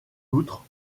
outre